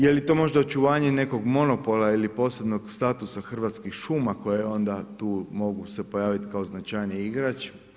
Je li to možda očuvanje nekog monopola ili posebnog statusa Hrvatskih šuma koje ona tu mogu se pojaviti kao značajniji igrač.